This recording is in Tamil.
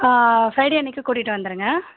ஆ ஃப்ரைடே அன்னைக்கி கூட்டிட்டு வந்துடுங்க